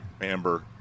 amber